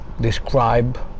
describe